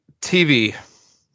TV